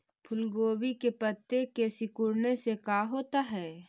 फूल गोभी के पत्ते के सिकुड़ने से का होता है?